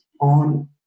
on